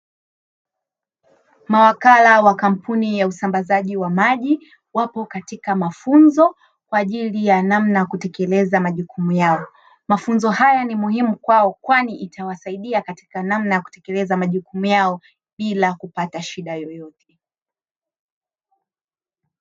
Mawakala wa kampuni ya usambazaji wa maji wapo katika mafunzo kwa ajili ya namna ya kutekeleza majukumu yao, mafunzo haya ni muhimu kwao kwani itawasaidia katika namna ya kutekeleza majukumu yao bila kupata shida yoyote.